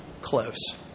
close